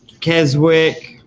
Keswick